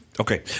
Okay